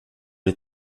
les